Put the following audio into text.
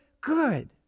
good